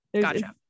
gotcha